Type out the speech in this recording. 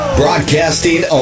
broadcasting